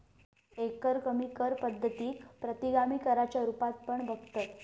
एकरकमी कर पद्धतीक प्रतिगामी कराच्या रुपात पण बघतत